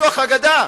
בתוך הגדה,